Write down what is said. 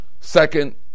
second